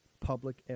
Public